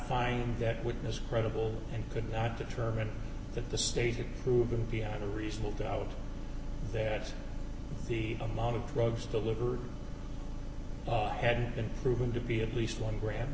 find that witness credible and could not determine that the state it proved beyond a reasonable doubt that the amount of drugs delivered had been proven to be at least one gram